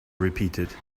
repeated